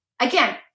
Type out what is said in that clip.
Again